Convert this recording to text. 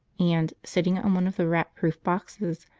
and, sitting on one of the rat-proof boxes,